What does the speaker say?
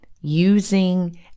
using